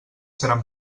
seran